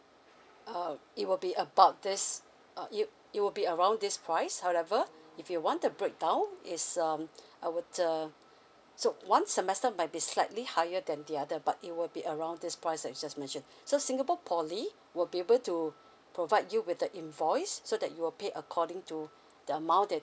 err it will be about this uh it it will be around this price however if you want the breakdown is um I would err so one semester might be slightly higher than the other but it will be around this price that you just mentioned so singapore poly will be able to provide you with the invoice so that you will pay according to the amount that